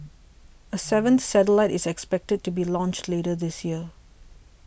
a seventh satellite is expected to be launched later this year